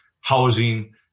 housing